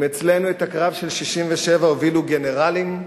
אם אצלנו את הקרב של 1967 הובילו גנרלים,